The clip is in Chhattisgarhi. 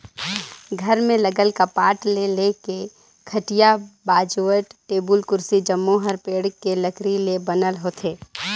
घर में लगल कपाट ले लेके खटिया, बाजवट, टेबुल, कुरसी जम्मो हर पेड़ के लकरी ले बनल होथे